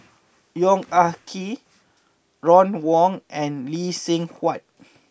Yong Ah Kee Ron Wong and Lee Seng Huat